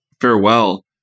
farewell